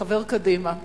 חבר קדימה,